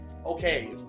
Okay